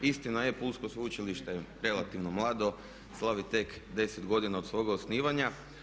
Istina je, Pulsko sveučilište je relativno mlado, slavi tek 10 godina od svoga osnivanja.